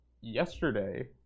yesterday